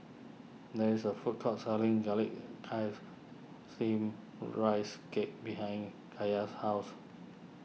there is a food court selling Garlic Chives Steamed Rice Cake behind Kaiya's house